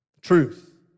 truth